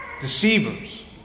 deceivers